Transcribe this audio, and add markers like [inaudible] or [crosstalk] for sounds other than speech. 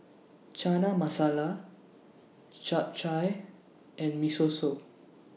[noise] Chana Masala Japchae and Miso Soup